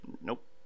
nope